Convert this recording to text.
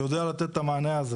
שיודע לתת את המענה הזה